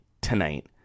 Tonight